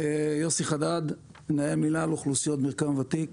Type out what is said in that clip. אני יוסי חדד, מנהל מינהל אוכלוסיות ומרקם ותיק.